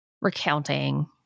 Recounting